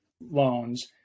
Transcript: loans